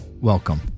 welcome